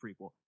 prequel